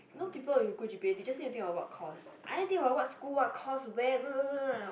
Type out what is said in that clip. a lot people will just say you just need to think about course I need to think to what school what course where